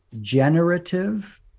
generative